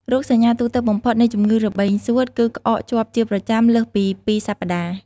រោគសញ្ញាទូទៅបំផុតនៃជំងឺរបេងសួត គឺក្អកជាប់ជាប្រចាំលើសពី ២ សប្តាហ៍។